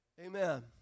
Amen